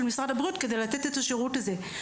משרד הבריאות כדי לתת את השירות הזה.